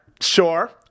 Sure